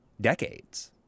decades